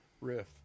riff